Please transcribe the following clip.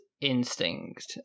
instinct